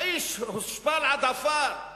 האיש הושפל עד עפר.